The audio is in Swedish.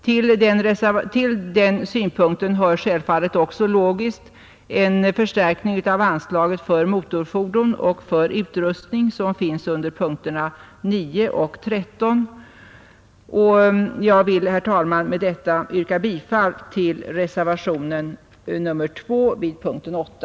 Till den synpunkten hör självfallet också logiskt en förstärkning av anslagen till motorfordon och till utrustning som är upptagna under punkterna 9 och 13. Jag vill, herr talman, med detta yrka bifall till reservationen 2 vid punkten 8.